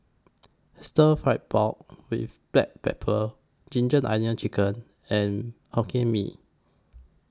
Stir Fry Pork with Black Pepper Ginger Onions Chicken and Hokkien Mee